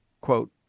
quote